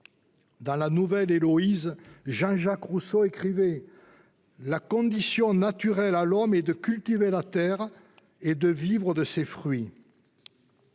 Dans , Jean-Jacques Rousseau écrivait :« La condition naturelle à l'homme est de cultiver la terre et de vivre de ses fruits.